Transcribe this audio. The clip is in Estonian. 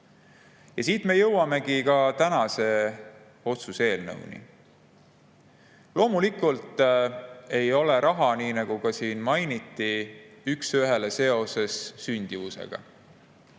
valimisi. Siit me jõuamegi tänase otsuse-eelnõuni. Loomulikult ei ole raha, nii nagu ka siin mainiti, üks ühele seoses sündimusega,